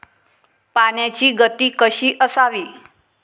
पाण्याची गती कशी असावी?